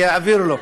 הוא יעביר לו.